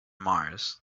mars